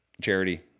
Charity